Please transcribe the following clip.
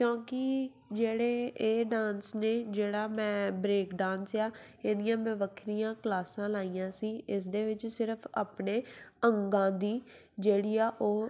ਕਿਉਂਕਿ ਜਿਹੜੇ ਇਹ ਡਾਂਸ ਨੇ ਜਿਹੜਾ ਮੈਂ ਬ੍ਰੇਕ ਡਾਂਸ ਆ ਇਹਦੀਆਂ ਮੈਂ ਵੱਖਰੀਆਂ ਕਲਾਸਾਂ ਲਾਈਆਂ ਸੀ ਇਸ ਦੇ ਵਿੱਚ ਸਿਰਫ਼ ਆਪਣੇ ਅੰਗਾਂ ਦੀ ਜਿਹੜੀ ਆ ਉਹ